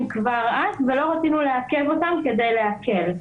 כבר אז ולא רצינו לעכב אותם כדי להקל.